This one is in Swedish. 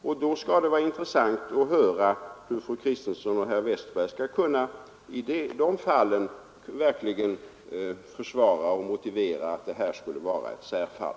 Och då skall det bli intressant att höra hur fru Kristensson och herr Westberg i Ljusdal skall kunna försvara och motivera att detta skulle vara ett särfall.